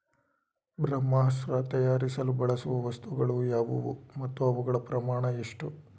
ಬ್ರಹ್ಮಾಸ್ತ್ರ ತಯಾರಿಸಲು ಬಳಸುವ ವಸ್ತುಗಳು ಯಾವುವು ಮತ್ತು ಅವುಗಳ ಪ್ರಮಾಣ ಎಷ್ಟು?